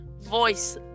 voice